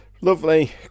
Lovely